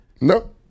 No